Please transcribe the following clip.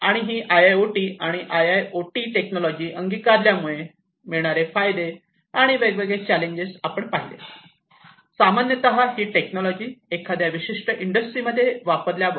आणि ही I O T आणि I I O T technology अंगीकारल्यामुळे मिळणारे फायदे आणि वेगवेगळी चॅलेंजेसआपण पाहिले सामान्यता ही टेक्नॉलॉजी एखाद्या विशिष्ट इंडस्ट्रीमध्ये वापरल्यावर